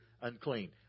unclean